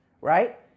Right